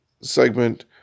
segment